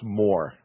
more